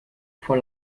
vor